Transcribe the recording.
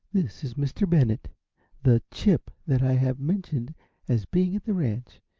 this is mr. bennett the chip that i have mentioned as being at the ranch.